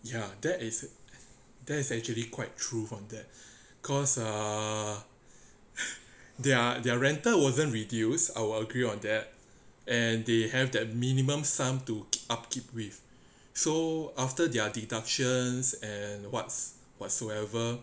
ya that is that is actually quite true from that because ah their rental wasn't reduced I would agree on that and they have that minimum sum to upkeep with so after their deductions and whatsoever